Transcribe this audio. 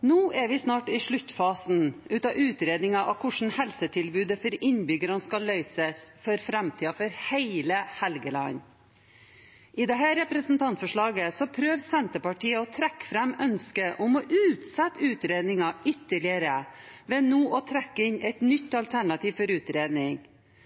Nå er vi snart i sluttfasen av utredninger av hvordan helsetilbudet for innbyggerne skal løses for framtiden for hele Helgeland. I dette representantforslaget prøver Senterpartiet å trekke fram et ønske om å utsette utredningen ytterligere ved nå å trekke inn et nytt alternativ for utredning.